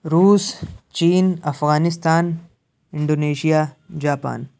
روس چین Afghanistan Indonesia Japan